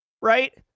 right